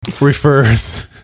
refers